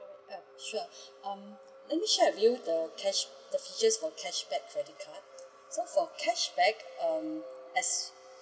okay sure um let me share with you the cash the features of cashback credit card so for cashback um as